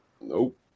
Nope